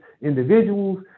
individuals